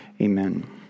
Amen